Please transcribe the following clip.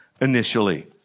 initially